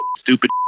stupid